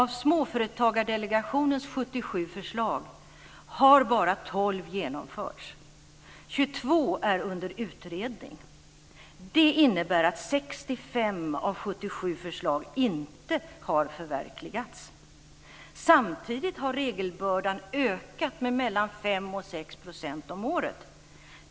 Av Småföretagsdelegationens 77 förslag har bara 12 genomförts och 22 är under utredning. Det innebär att 65 av 77 förslag inte har förverkligats. Samtidigt har regelbördan ökat med mellan 5 % och 6 % om året.